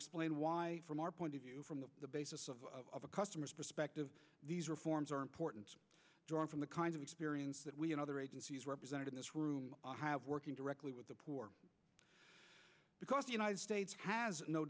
explain why from our point of view from the basis of a customer's perspective these reforms are important drawn from the kinds of experience that we and other agencies represented in this room have working directly with the poor because the united states has no